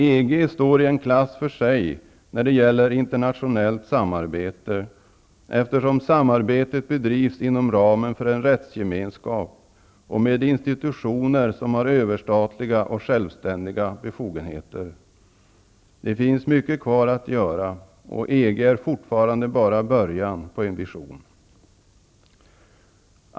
EG står i en klass för sig när det gäller internationellt samarbete, eftersom samarbetet bedrivs inom ramen för en rättsgemenskap och med institutioner som har överstatliga och självständiga befogenheter. Det finns mycket kvar att göra och EG är fortfarande bara början på en vision.